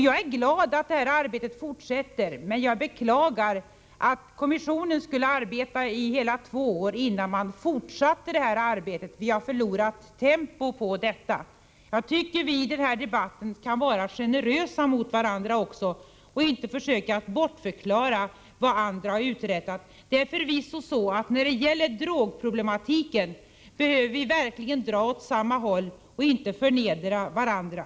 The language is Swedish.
Jag är glad att arbetet fortsätter, men jag beklagar att kommissionen höll på i hela två år, innan man fortsatte detta arbete. Vi har förlorat tempo på detta. Jag tycker att vi i den här debatten också kan vara generösa mot varandra och inte försöka bortförklara vad andra har uträttat. Det är förvisso så, att vi när det gäller drogproblematiken verkligen behöver dra åt samma håll i stället för att förnedra varandra.